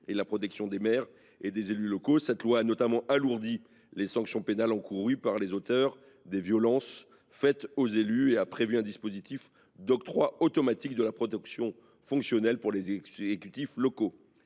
et la protection des maires et des élus locaux. Cette loi a notamment alourdi les sanctions pénales encourues par les auteurs de violences faites aux élus et a prévu un dispositif d’octroi automatique de la protection fonctionnelle pour les exécutifs locaux.